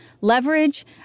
leverage